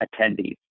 attendees